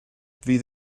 fydd